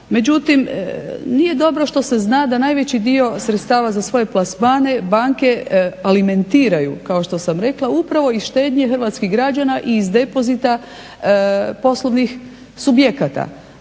međutim nije dobro što se zna da najveći dio sredstava za svoje plasmane banke alimentiraju, kao što sam rekla upravo iz štednje hrvatskih građana i iz depozita poslovnih subjekata.